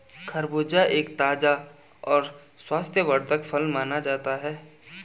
खरबूजा एक ताज़ा और स्वास्थ्यवर्धक फल माना जाता है